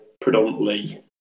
predominantly